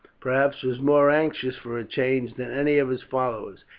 perhaps, was more anxious for a change than any of his followers.